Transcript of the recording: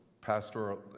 pastoral